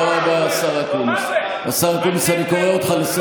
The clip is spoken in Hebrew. השר אקוניס, השר אקוניס, תודה.